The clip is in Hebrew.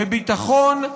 בביטחון,